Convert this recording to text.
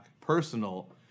personal